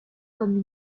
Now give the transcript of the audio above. comme